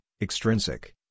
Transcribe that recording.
extrinsic